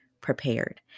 prepared